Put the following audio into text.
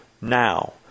now